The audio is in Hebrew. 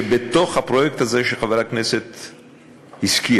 שבתוך הפרויקט הזה שחבר הכנסת הזכיר,